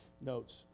notes